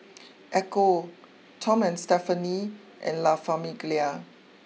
Ecco Tom and Stephanie and La Famiglia